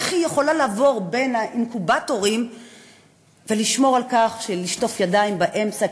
איך היא יכולה לעבור בין האינקובטורים ולשמור על שטיפת ידיים באמצע?